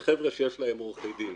אלה חבר'ה שיש להם עורכי דין,